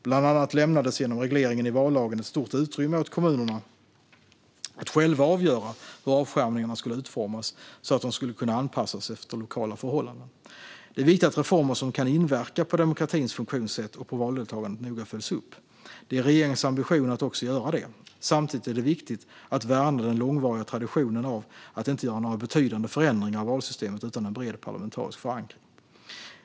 Bland annat lämnades genom regleringen i vallagen ett stort utrymme åt kommunerna att själva avgöra hur avskärmningarna skulle utformas så att de skulle kunna anpassas efter lokala förhållanden. Det är viktigt att reformer som kan inverka på demokratins funktionssätt och på valdeltagandet noga följs upp. Det är regeringens ambition att också göra det. Samtidigt är det viktigt att värna den långvariga traditionen av att inte göra några betydande förändringar av valsystemet utan en bred parlamentarisk förankring.